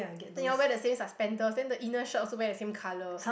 then you all wear the same suspenders then the inner shirt also wear the same colour